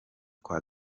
kwa